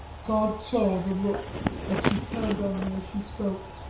god saw the look that she turned on me as she spoke,